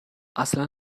اصلا